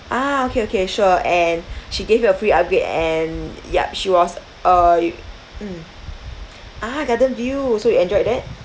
ah okay okay sure and she gave you a free upgrade and yup she was uh mm ah garden view so you enjoyed that